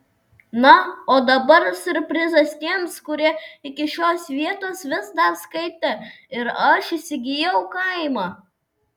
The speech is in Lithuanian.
na o dabar siurprizas tiems kurie iki šios vietos vis dar skaitė ir aš įsigijau kaimą